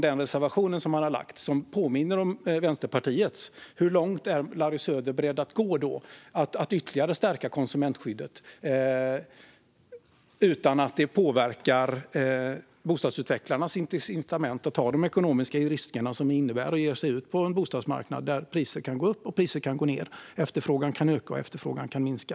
Den reservation som han avgett påminner om Vänsterpartiets. Hur långt är Larry Söder beredd att gå för att ytterligare stärka konsumentskyddet, utan att det påverkar bostadsutvecklarnas incitament att ta de ekonomiska risker som det innebär att ge sig ut på en bostadsmarknad där priser kan gå upp och priser kan gå ned, där efterfrågan kan öka och efterfrågan kan minska?